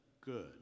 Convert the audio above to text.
good